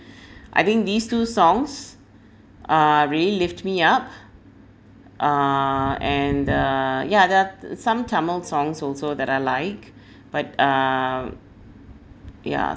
I think these two songs uh really lift me up uh and uh ya there are uh some tamil songs also that I like but uh yeah